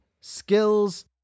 Skills